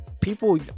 people